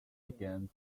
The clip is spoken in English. began